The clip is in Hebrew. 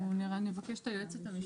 אנחנו נבקש את היועצת המשפטית.